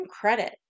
credit